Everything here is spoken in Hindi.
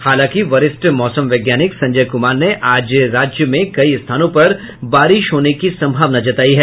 हालांकि वरिष्ठ मौसम वैज्ञानिक संजय कुमार ने आज राज्य में कई स्थानों पर बारिश होने की संभावना जतायी है